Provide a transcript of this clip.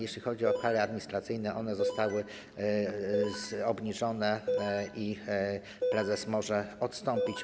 Jeśli chodzi o kary administracyjne, one zostały obniżone i prezes może od nich odstąpić.